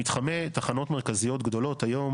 במתחמי תחנות מרכזיות גדולות היום,